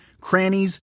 crannies